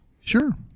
Sure